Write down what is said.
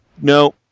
no